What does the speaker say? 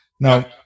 Now